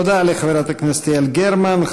תודה לחברת הכנסת יעל גרמן.